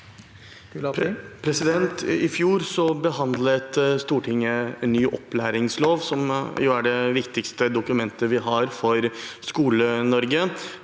I fjor behandlet Stortinget en ny opplæringslov, som jo er det viktigste dokumentet vi har for Skole-Norge.